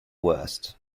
worst